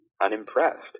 unimpressed